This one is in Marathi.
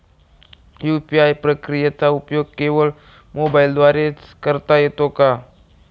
यू.पी.आय प्रक्रियेचा उपयोग केवळ मोबाईलद्वारे च करता येतो का?